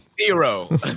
zero